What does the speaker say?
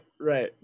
Right